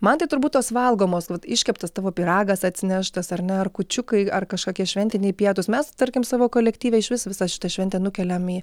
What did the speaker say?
man tai turbūt tos valgomos iškeptas tavo pyragas atsineštas ar ne ar kūčiukai ar kažkokie šventiniai pietūs mes tarkim savo kolektyve išvis visą šitą šventę nukeliam į